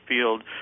field